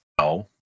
No